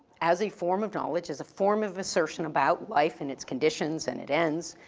as a form of knowledge, is a form of assertion about life and its conditions and it ends.